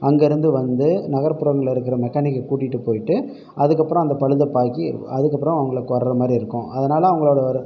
அங்கே இருந்து வந்து நகர்புறங்களில் இருக்கிற மெக்கானிக்கை கூட்டிகிட்டு போய்விட்டு அதுக்கு அப்புறம் அந்த பழுதை பாக்கி அதுக்கு அப்புறம் அவங்களுக்கு வர மாதிரி இருக்கும் அதனால் அவங்களோடய ஒரு